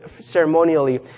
ceremonially